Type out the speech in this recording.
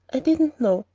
i didn't know.